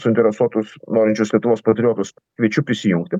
suinteresuotus norinčius lietuvos patriotus kviečiu prisijungti